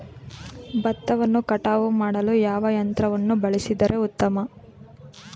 ಭತ್ತವನ್ನು ಕಟಾವು ಮಾಡಲು ಯಾವ ಯಂತ್ರವನ್ನು ಬಳಸಿದರೆ ಉತ್ತಮ?